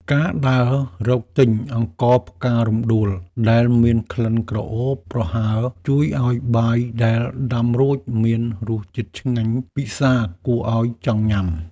ការដើររកទិញអង្ករផ្ការំដួលដែលមានក្លិនក្រអូបប្រហើរជួយឱ្យបាយដែលដាំរួចមានរសជាតិឆ្ងាញ់ពិសាគួរឱ្យចង់ញ៉ាំ។